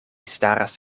staras